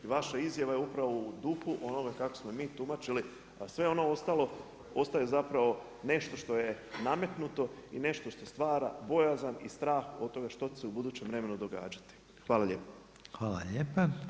I vaša izjava je upravo u duhu onoga kako smo i mi tumačili, a sve ono ostalo ostaje zapravo nešto što je nametnuto i nešto što stvara bojazan i strah od toga što će se u budućem vremenu događati.